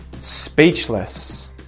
Speechless